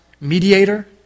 mediator